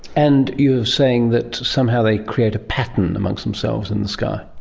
and you were saying that somehow they create a pattern amongst themselves in the sky.